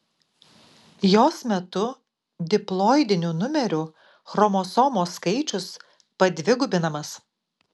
jos metu diploidinių numerių chromosomų skaičius padvigubinamas